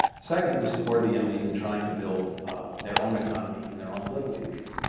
second, we supported the yeminis in trying to build their own economy and their own political future.